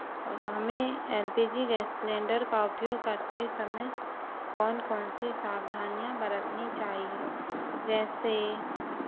हमें L P G gas cylinder का उपयोग करते समय कौन कौन सी सावधानियाँ बरतनी चाहिए जैसे